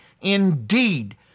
indeed